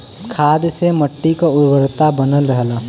खाद से मट्टी क उर्वरता बनल रहला